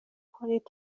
کنید